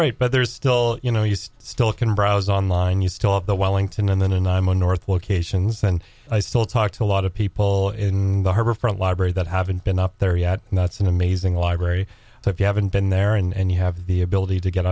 right but there's still you know you still can browse online you still have the wellington and then and i'm on north locations and i still talk to a lot of people in the harbor front library that haven't been up there yet and that's an amazing library so if you haven't been there and you have the ability to get